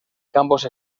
campos